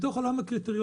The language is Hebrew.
בתוך עולם הקריטריונים